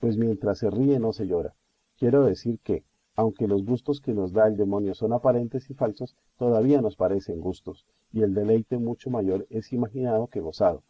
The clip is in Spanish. pues mientras se ríe no se llora quiero decir que aunque los gustos que nos da el demonio son aparentes y falsos todavía nos parecen gustos y el deleite mucho mayor es imaginado que gozado